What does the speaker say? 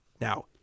Now